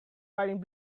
wearing